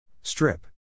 Strip